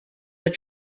that